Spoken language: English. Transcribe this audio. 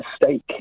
mistake